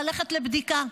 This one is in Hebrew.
ללכת לבדיקה,